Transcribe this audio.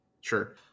Sure